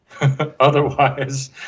otherwise